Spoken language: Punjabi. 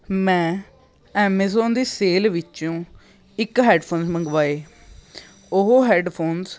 ਮੈਂ ਐਮਜੋਨ ਦੀ ਸੇਲ ਵਿੱਚੋਂ ਇੱਕ ਹੈਡਫੋਨ ਮੰਗਵਾਏ ਉਹ ਹੈਡਫੋਨਸ